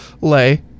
Lay